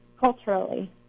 culturally